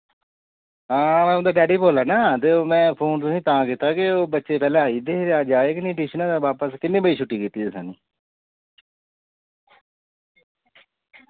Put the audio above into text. हां में उं'दा डैडी बोल्ला ना ते ओह् में फोन तुसें तां कीत्ता के ओह् बच्चे पैह्लैं आई जंदे हे ते अज्ज आए गै नेईं ट्यूशन दा बापस किन्ने बजे छुट्टी कीती तुसें इ'ने